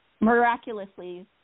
miraculously